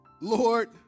Lord